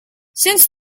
since